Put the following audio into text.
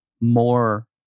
more